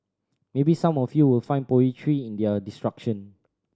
maybe some of you will find poetry in their destruction